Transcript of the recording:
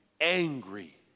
angry